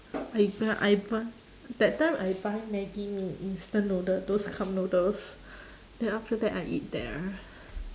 I buy I buy that time I buy maggi mee instant noodle those cup noodles then after that I eat there